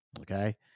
okay